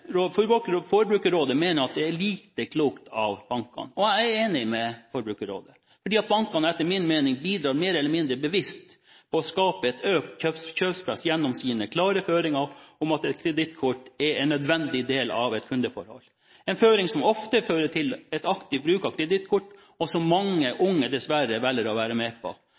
Forbrukerrådet mener at det er lite klokt av bankene. Jeg er enig med Forbrukerrådet, fordi bankene etter min mening bidrar mer eller mindre bevisst til å skape et økt kjøpepress gjennom sine klare føringer om at et kredittkort er en nødvendig del av et kundeforhold – føringer som ofte fører til en aktiv bruk av kredittkort, og som mange unge dessverre velger å være med på.